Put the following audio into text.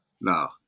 No